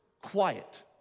quiet